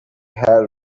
had